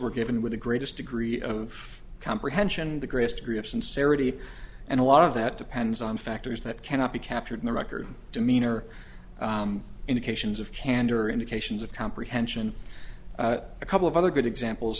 were given with the greatest degree of comprehension the greatest degree of sincerity and a lot of that depends on factors that cannot be captured in the record demeanor indications of candor indications of comprehension a couple of other good examples